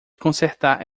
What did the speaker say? consertar